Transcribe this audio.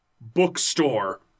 bookstore